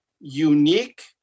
unique